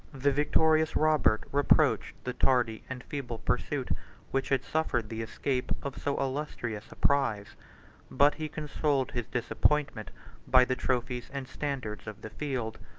the victorious robert reproached the tardy and feeble pursuit which had suffered the escape of so illustrious a prize but he consoled his disappointment by the trophies and standards of the field,